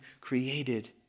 created